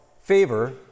Favor